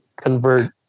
convert